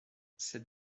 cette